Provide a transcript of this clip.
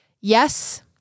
Yes